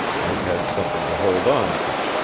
and had something to hold on to.